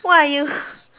!wah! you